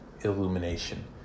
illumination